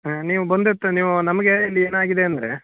ಹಾಂ ನೀವು ಬಂದು ತ್ ನೀವು ನಮಗೆ ಇಲ್ಲಿ ಏನಾಗಿದೆ ಅಂದರೆ